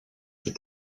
plus